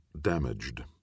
damaged